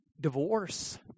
divorce